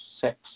six